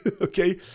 Okay